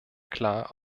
klar